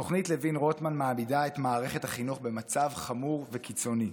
"תוכנית לוין-רוטמן מעמידה את מערכת החינוך במצב חמור וקיצוני".